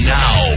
now